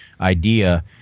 idea